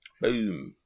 Boom